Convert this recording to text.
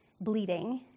bleeding